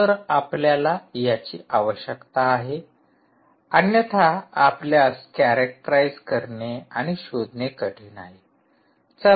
तर आपल्याला याची आवश्यकता आहे अन्यथा आपल्यास कॅरॅक्टराईज करणे आणि शोधणे कठिण आहे